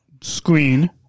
screen